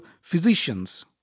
physicians